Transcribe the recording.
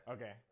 Okay